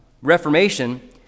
Reformation